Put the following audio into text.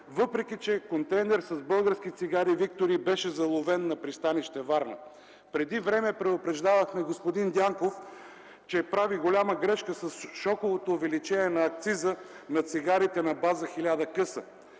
въпреки че контейнер с български цигари „Виктори” беше заловен на пристанище Варна. Преди време предупреждавахме господин Дянков, че прави голяма грешка с шоковото увеличение на акциза на цигарите на база хиляда къса.